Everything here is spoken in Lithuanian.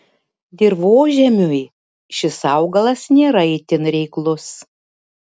dirvožemiui šis augalas nėra itin reiklus